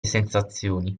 sensazioni